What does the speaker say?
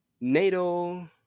NATO